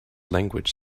language